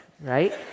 Right